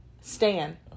Stan